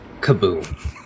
Kaboom